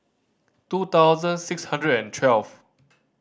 two thousand six hundred and twelve